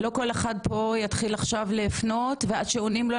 לא כל אחד פה יתחיל עכשיו לפנות ועד שעונים לו,